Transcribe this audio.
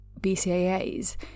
BCAAs